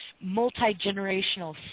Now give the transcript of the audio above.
multi-generational